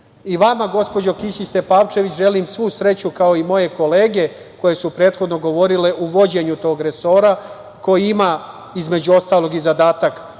gospođo Kisić Tepavčević, želim svu sreću, kao i moje kolege koje su prethodno govorile, u vođenju tog resora koji ima, između ostalog, i zadatak